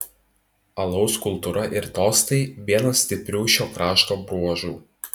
alaus kultūra ir tostai vienas stiprių šio krašto bruožų